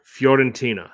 Fiorentina